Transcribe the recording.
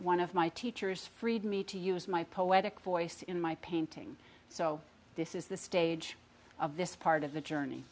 one of my teachers freed me to use my poetic voice in my painting so this is the stage of this part of the journey